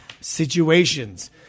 situations